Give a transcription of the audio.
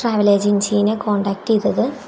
travel ഏജെൻസിയെ contact ചെയ്തത്